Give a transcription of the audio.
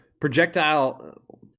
projectile